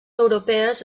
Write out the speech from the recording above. europees